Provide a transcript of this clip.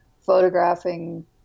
photographing